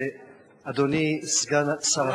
אדוני סגן שר החוץ,